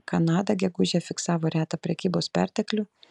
kanada gegužę fiksavo retą prekybos perteklių